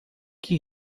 que